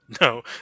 no